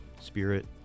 spirit